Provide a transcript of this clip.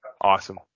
awesome